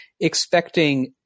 expecting